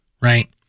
right